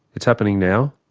it's happening now,